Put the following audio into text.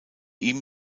ihm